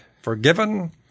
forgiven